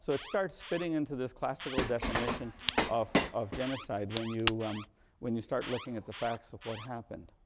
so it starts fitting into this classical definition of of genocide, when you um when you start looking at the facts of what happened.